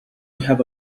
have